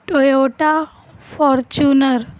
Toyota Fortuner